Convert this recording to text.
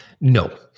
No